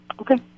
Okay